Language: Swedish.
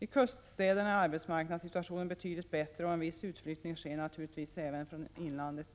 I kuststäderna är arbetsmarknadssituationen betydligt bättre, och en viss utflyttning dit sker naturligtvis även från inlandet.